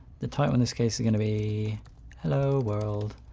the title in this case is going to be hello world.